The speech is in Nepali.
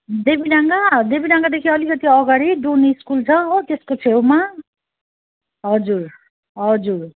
देवीडाँगा देवीडाँगादेखि अलिकति अगाडि दुन स्कुल छ हो त्यसको छेउमा हजुर हजुर